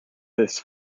this